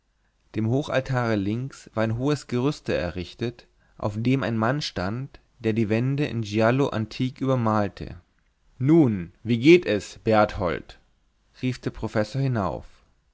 dem hochaltare links war ein hohes gerüste errichtet auf dem ein mann stand der die wände in giallo antik übermalte nun wie geht es berthold rief der professor hinauf